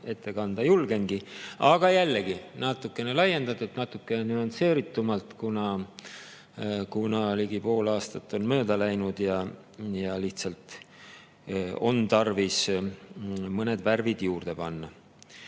ette kanda julgengi, aga jällegi natukene laiendatult, natukene nüansseeritumalt, kuna ligi pool aastat on mööda läinud ja lihtsalt on tarvis mõned värvid juurde panna. Nüüd,